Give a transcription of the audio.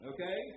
Okay